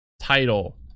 title